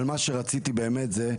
אבל מה שרציתי באמת זה,